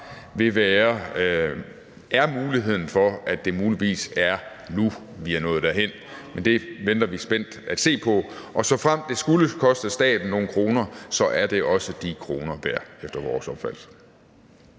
giver mulighed for, at det er nu, vi er nået derhen. Men det venter vi spændt på at se, og såfremt det skulle koste staten nogle kroner, er det også efter vores opfattelse